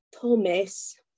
Thomas